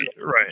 right